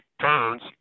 turns